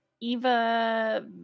Eva